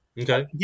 Okay